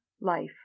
life